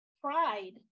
pride